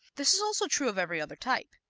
this is also true of every other type.